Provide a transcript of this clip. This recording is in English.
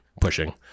pushing